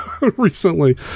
recently